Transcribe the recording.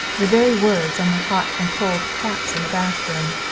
the very words on the hot and cold taps in the bathroom.